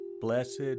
blessed